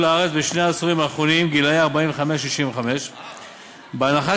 לארץ בשני העשורים האחרונים גילאי 45 65. בהנחה